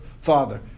father